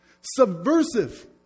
Subversive